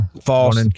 False